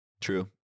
True